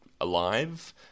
alive